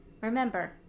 remember